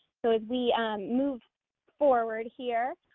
so as we move forward here,